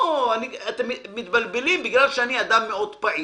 אתם מתבלבלים בגלל שאני אדם מאוד פעיל,